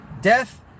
death